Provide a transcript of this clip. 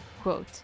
quote